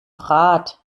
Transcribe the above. rad